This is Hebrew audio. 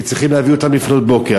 כי צריכים להביא אותם לפנות בוקר,